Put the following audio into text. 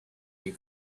you